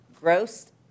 gross